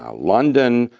ah london,